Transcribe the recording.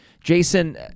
Jason